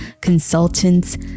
consultants